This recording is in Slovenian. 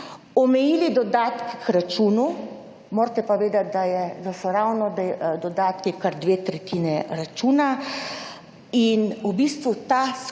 omejili dodatke k računu, morate pa vedeti, da so ravno dodatki kar dve tretjini računa in v bistvu ta skupen